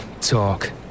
Talk